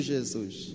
Jesus